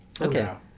Okay